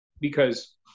because-